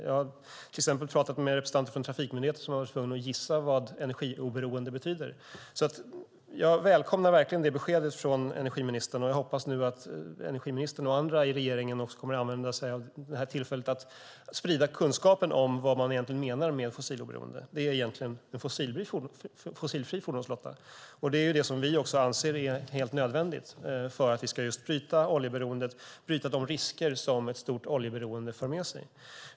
Jag har pratat med representanter från trafikmyndigheter som har varit tvungna att gissa vad fossiloberoende betyder. Jag välkomnar beskedet från energiministern, och jag hoppas att energiministern och andra i regeringen kommer att använda sig av tillfället att sprida kunskapen om vad man menar med fossiloberoende. Det är egentligen en fossilfri fordonsflotta. Det är vad vi anser är helt nödvändigt för att bryta oljeberoendet och de risker som ett stort oljeberoende för med sig.